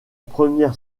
première